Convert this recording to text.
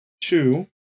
two